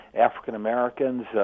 African-Americans